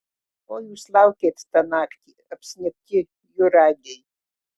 ko jūs laukėt tą naktį apsnigti juragiai